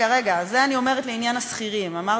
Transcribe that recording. אוקיי, הוא מסכים, אז